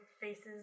faces